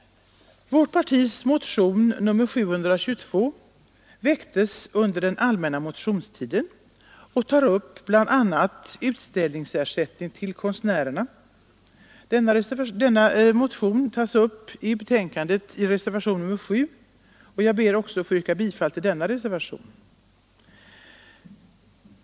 Vårt partis motion 722 väcktes under den allmänna motionstiden, och i den aktualiseras bl.a. frågan om utställningsersättning till konstnärerna. Denna motion tas upp i reservationen 7, som jag ber att få yrka bifall till.